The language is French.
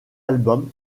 albums